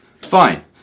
Fine